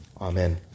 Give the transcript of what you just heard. Amen